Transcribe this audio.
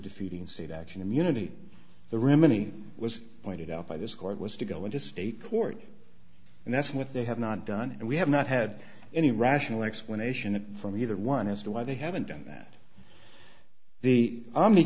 defeating state action immunity the rimini was pointed out by this court was to go into state court and that's what they have not done and we have not had any rational explanation from either one as to why they haven't done that the army